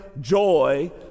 joy